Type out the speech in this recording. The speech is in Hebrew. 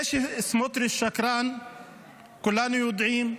את זה שסמוטריץ' שקרן כולנו יודעים.